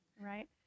right